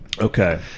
Okay